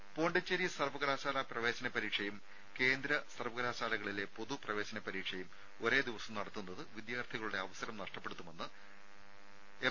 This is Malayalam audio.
രുര പോണ്ടിച്ചേരി സർവ്വകലാശാല പ്രവേശന പരീക്ഷയും കേന്ദ്ര സർവ്വകലാശാല പൊതു പ്രവേശന പരീക്ഷയും ഒരേ ദിവസം നടത്തുന്നത് വിദ്യാർത്ഥികളുടെ അവസരം നഷ്ടപ്പെടുത്തുമെന്ന് എം